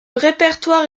répertoire